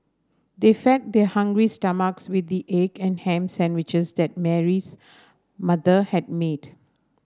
they fed their hungry stomachs with the egg and ham sandwiches that Mary's mother had made